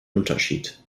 unterschied